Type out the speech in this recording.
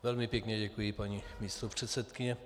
Velmi pěkně děkuji, paní místopředsedkyně.